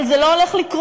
אבל זה לא הולך לקרות.